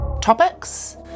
topics